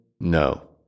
No